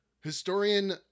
historian